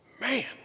Man